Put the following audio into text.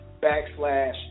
Backslash